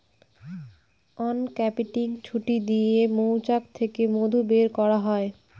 uncapping ছুরি দিয়ে মৌচাক থেকে মধু বের করা হয়